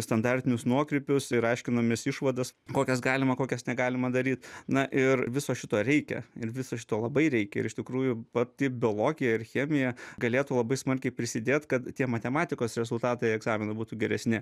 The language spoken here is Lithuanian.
standartinius nuokrypius ir aiškinomės išvadas kokias galima kokias negalima daryt na ir viso šito reikia ir viso šito labai reikia ir iš tikrųjų pati biologija ir chemija galėtų labai smarkiai prisidėt kad tie matematikos rezultatai egzamino būtų geresni